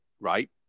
right